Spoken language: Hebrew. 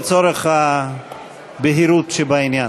לצורך הבהירות שבעניין.